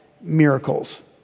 miracles